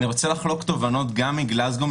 אני רוצה לחלוק תובנות גם מגלזגו,